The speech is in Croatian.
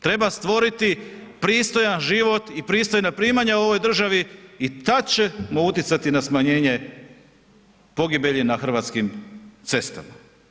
Treba stvoriti pristojan život i pristojna primanja u ovoj državi i tad ćemo utjecati na smanjenje pogibelji na hrvatskim cestama.